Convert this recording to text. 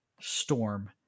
Storm